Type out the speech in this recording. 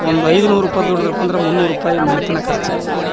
ಒಂದು ಐದು ನೂರು ರೂಪಾಯಿ ದುಡಿದ್ರಪ್ಪಂದ್ರ ಮುನ್ನೂರು ರೂಪಾಯಿ ಮನೆತನ ಖರ್ಚಾಗಿರುತ್ತೆ